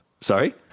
Sorry